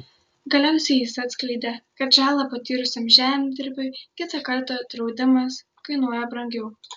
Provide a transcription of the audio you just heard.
galiausiai jis atskleidė kad žalą patyrusiam žemdirbiui kitą kartą draudimas kainuoja brangiau